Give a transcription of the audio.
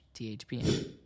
THPN